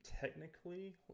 technically